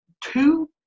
two